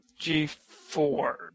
G4